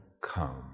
come